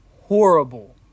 horrible